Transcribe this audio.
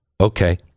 okay